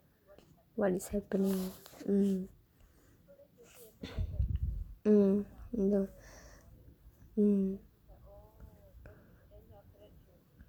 what is happening mm mm mm